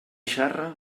xarra